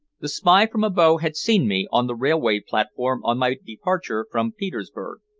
the spy from abo had seen me on the railway platform on my departure from petersburg.